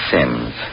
Sims